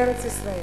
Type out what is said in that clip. בארץ-ישראל.